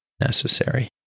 necessary